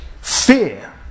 Fear